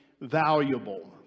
valuable